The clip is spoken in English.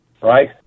right